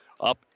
up